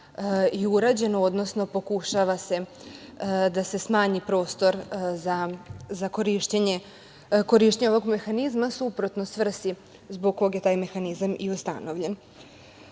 i urađeno, odnosno pokušava da se smanji prostor za korišćenje ovog mehanizma suprotno svrsi zbog kog je taj mehanizam i ustanovljen.